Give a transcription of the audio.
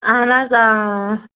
اَہن حظ آ